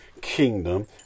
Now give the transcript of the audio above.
kingdom